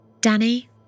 Danny